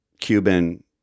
Cuban